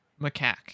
Macaque